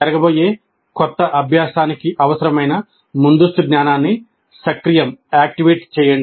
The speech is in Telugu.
జరగబోయే క్రొత్త అభ్యాసానికి అవసరమైన ముందస్తు జ్ఞానాన్ని సక్రియం చేయండి